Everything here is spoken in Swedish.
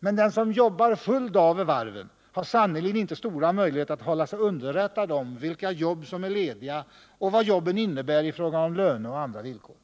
Men den som jobbar full dag vid varven har sannerligen inte stora möjligheter att hålla sig underrättad om vilka jobb som är lediga och vad jobben innebär i fråga om löneoch andra villkor.